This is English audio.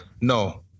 no